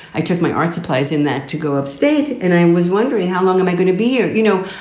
i took my art supplies in that to go upstate. and i was wondering, how long am i going to be here? you know,